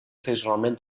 tradicionalment